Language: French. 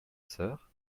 sœur